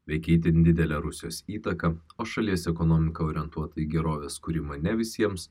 veikia itin didelė rusijos įtaka o šalies ekonomika orientuota į gerovės kūrimą ne visiems